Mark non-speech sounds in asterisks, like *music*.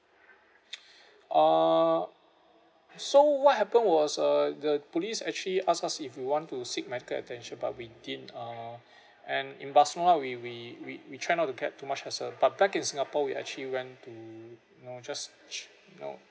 *noise* uh so what happened was uh the police actually asked us if you want to seek medical attention but we didn't uh *breath* and in barcelona we we we we tried not to get too much hassle but back in singapore we actually went to you know just she you know